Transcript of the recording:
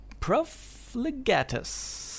profligatus